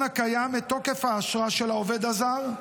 הקיים את תוקף האשרה של העובד הזר,